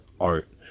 art